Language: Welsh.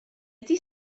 ydy